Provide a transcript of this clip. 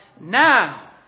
now